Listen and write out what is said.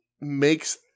makes